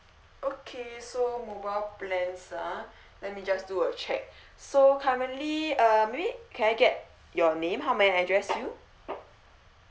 okay so mobile plans ah let me just do a check so currently uh maybe can I get your name how may I address you